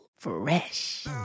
Fresh